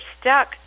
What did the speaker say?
stuck